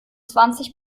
zwanzig